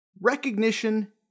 recognition